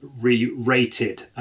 re-rated